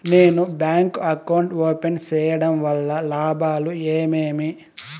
నేను bank account open సేయడం వల్ల లాభాలు ఏమేమి?